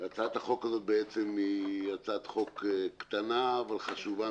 הצעת החוק הזאת היא בעצם הצעת חוק קטנה אבל חשובה,